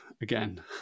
again